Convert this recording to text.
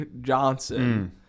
Johnson